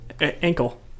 ankle